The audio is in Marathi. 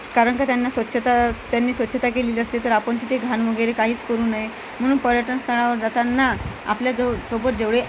कारण का त्यांना स्वच्छता त्यांनी स्वच्छता केलेली असते तर आपण तिथे घाण वगैरे काहीच करू नये म्हणून पर्यटन स्थळावर जाताना आपल्याजव सोबत जेवळे